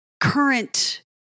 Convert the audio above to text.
Current